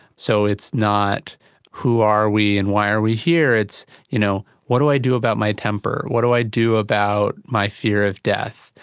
so it's not who are we and why are we here, it's you know what do i do about my temper, what do i do about my fear of death,